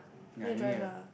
ya no need ah